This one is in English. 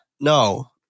no